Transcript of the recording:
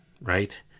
right